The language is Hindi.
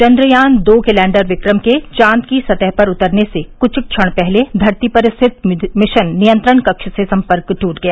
चन्द्रयान दो के लैण्डर विक्रम के चॉद की सतह पर उतरने से क्छ क्षण पहले धरती पर स्थित मिशन नियंत्रण कक्ष से सम्पर्क ट्ट गया